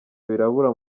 birabura